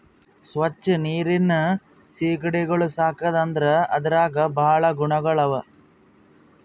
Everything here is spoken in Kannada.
ಸ್ವಚ್ ನೀರಿನ್ ಸೀಗಡಿಗೊಳ್ ಸಾಕದ್ ಅಂದುರ್ ಅದ್ರಾಗ್ ಭಾಳ ಗುಣಗೊಳ್ ಅವಾ